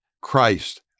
Christ